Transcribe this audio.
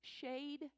shade